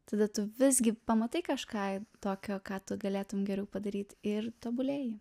tada tu visgi pamatai kažką tokio ką tu galėtum geriau padaryt ir tobulėji